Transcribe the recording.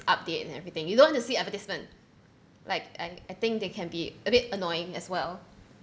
update and everything you don't want to see advertisement like I I think they can be a bit annoying as well